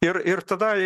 ir ir tada